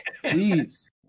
Please